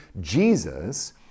Jesus